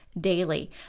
daily